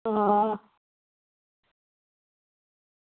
आं